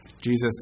Jesus